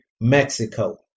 Mexico